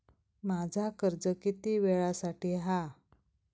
माझा कर्ज किती वेळासाठी हा?